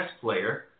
player